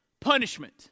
punishment